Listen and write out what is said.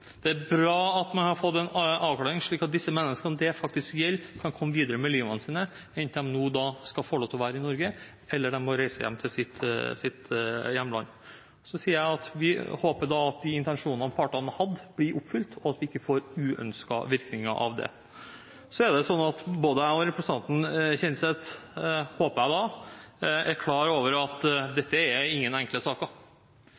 Det er bra at vi har fått en avklaring, slik at de menneskene som dette gjelder, kan komme seg videre i livet sitt, enten de skal få bli i Norge, eller de må reise hjem til sitt hjemland. Så sier jeg at vi håper da at de intensjonene som partene hadde, blir oppfylt, og at vi ikke får uønskete virkninger av det. Både representanten Kjenseth og jeg – håper jeg – er klar over at